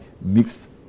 mixed